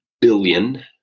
billion